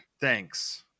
thanks